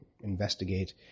investigate